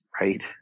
right